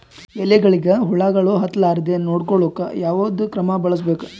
ಎಲೆಗಳಿಗ ಹುಳಾಗಳು ಹತಲಾರದೆ ನೊಡಕೊಳುಕ ಯಾವದ ಕ್ರಮ ಬಳಸಬೇಕು?